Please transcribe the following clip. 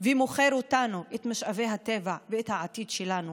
ומוכר אותנו, את משאבי הטבע ואת העתיד שלנו